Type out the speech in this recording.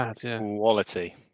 quality